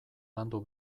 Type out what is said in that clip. landu